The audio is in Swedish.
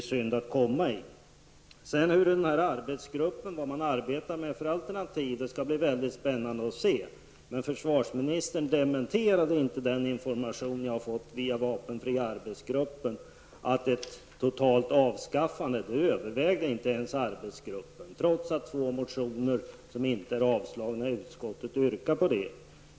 Sedan skall det bli mycket spännande att se vad den här arbetsgruppen arbetar med för alternativ. Men försvarsministern dementerade inte den information jag har fått via den ''vapenfria arbetsgruppen'', att ett totalt avskaffande inte ens övervägs av arbetsgruppen, trots att två motioner, som inte är avstyrkta i utskottet, yrkar på det.